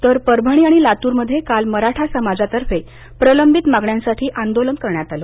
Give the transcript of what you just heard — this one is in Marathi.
तर परभणी आणि लातूर मध्ये काल मराठा समाजातर्फे प्रलंबित मागण्यांसाठी आंदोलन करण्यात आलं